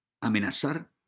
amenazar